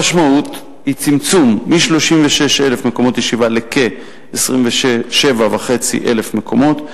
המשמעות היא צמצום מ-36,000 מקומות ישיבה לכ-27,500 מקומות.